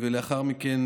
לאחר מכן,